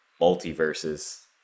multiverses